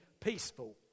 peaceful